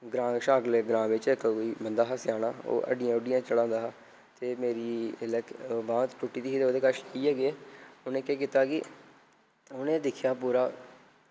ग्रांऽ कशा अगले ग्रांऽ बिच्च इक्क कोई बंदा हा स्याना ओह् हड्डियां हुड्डियां चढ़ांदा हा ते मेरी जिल्लै बांह् टुट्टी दी ही ते उदे कच्छ लेइयै गै उ'नें केह् कीता कि उ'नें दिक्खेआ पूरा